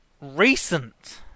Recent